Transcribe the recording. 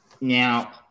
Now